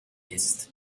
ist